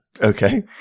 okay